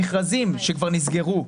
מכרזים שכבר נסגרו,